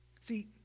See